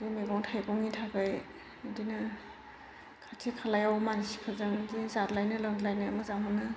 बे मैगं थाइगंनि थाखाय बेदिनो खाथि खालायाव मानसिफोरजों बेदि जाद्लायनो लोंद्लायनो मोजां मोनो